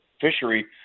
fishery